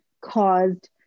caused